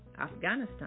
Afghanistan